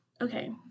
Okay